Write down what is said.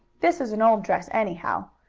this is an old dress, anyhow.